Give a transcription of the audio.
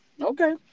Okay